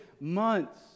months